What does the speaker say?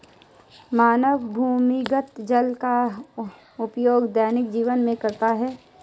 मानव भूमिगत जल का उपयोग दैनिक जीवन में करता है